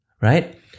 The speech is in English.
right